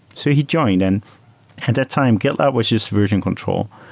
so he joined, and at that time, gitlab was just version control,